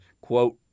quote